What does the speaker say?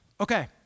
Okay